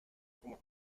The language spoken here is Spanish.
como